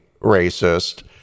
racist